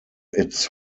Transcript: its